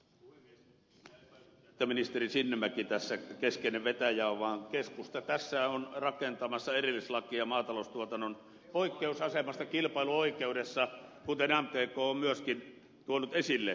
en minä epäillytkään että ministeri sinnemäki tässä keskeinen vetäjä on vaan keskusta tässä on rakentamassa erillislakia maataloustuotannon poikkeusasemasta kilpailuoikeudessa kuten mtk on myöskin tuonut esille